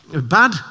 bad